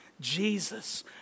Jesus